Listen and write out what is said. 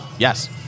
Yes